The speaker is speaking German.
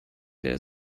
der